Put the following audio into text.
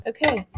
Okay